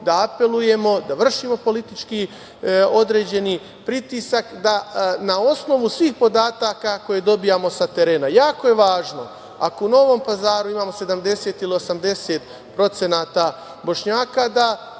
da apelujemo, da vršimo politički određeni pritisak na osnovu svih podataka koje dobijamo sa terena. Jako je važno, ako u Novom Pazaru imamo 70% ili 80% Bošnjaka ili